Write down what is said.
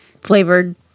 flavored